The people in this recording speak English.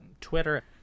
twitter